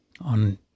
on